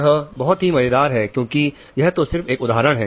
यह बहुत ही मजेदार है क्योंकि यह तो सिर्फ एक उदाहरण है